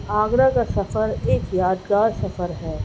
آگرہ کا سفر ایک یادگار سفر ہے